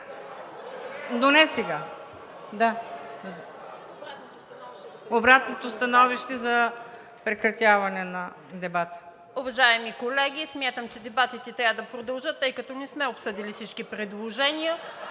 и реплики.) Обратното становище за прекратяване на дебата.